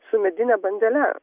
su medine bandele